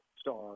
star